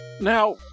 Now